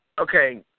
Okay